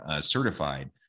certified